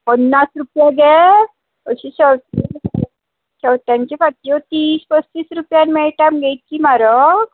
पन्नास रूपया गे हरशीं शेंव शेंवत्यांच्या फात्यो तीस पस्तीस रुपयान मेळटा मगे इतकी म्हारग